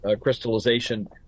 crystallization